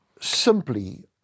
simply